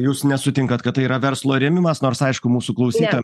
jūs nesutinkat kad tai yra verslo rėmimas nors aišku mūsų klausytojam